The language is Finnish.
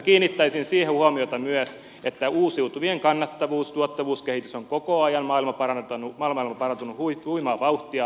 kiinnittäisin huomiota myös siihen että uusiutuvien kannattavuustuottavuus kehitys on koko ajan maailmalla parantunut huimaa vauhtia